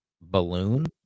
balloon